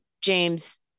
James